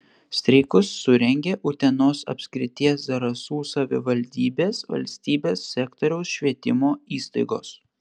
streikus surengė utenos apskrities zarasų savivaldybės valstybės sektoriaus švietimo įstaigos